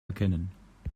erkennen